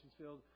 field